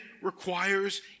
requires